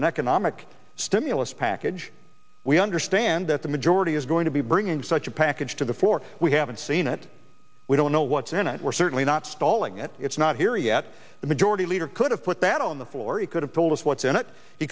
an economic stimulus package we understand that the majority is going to be bringing such a package to the floor we haven't seen it we don't know what's in it we're certainly not stalling it it's not here yet the majority leader could have put that on the floor he could have told us what's in it